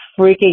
freaking